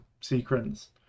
sequence